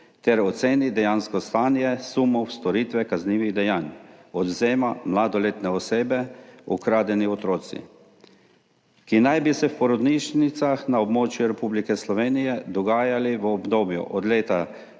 ter oceni dejansko stanje sumov storitve kaznivih dejanj odvzema mladoletne osebe – ukradenih otrok, ki naj bi se v porodnišnicah na območju Republike Slovenije dogajali v obdobju od leta